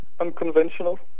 unconventional